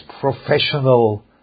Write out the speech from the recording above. professional